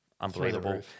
unbelievable